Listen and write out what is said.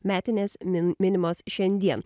metinės minimos šiandien